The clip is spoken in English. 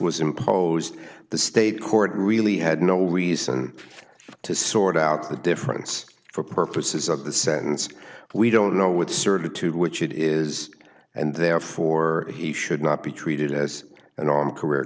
was imposed the state court really had no reason to sort out the difference for purposes of the sentence we don't know with certitude which it is and therefore he should not be treated as an on career